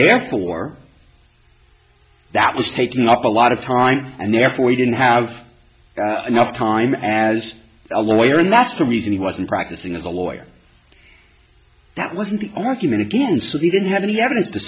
therefore that was taking up a lot of time and therefore he didn't have enough time as a lawyer and that's the reason he wasn't practicing as a lawyer that wasn't an argument against i didn't have any evidence to